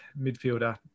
midfielder